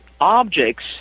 objects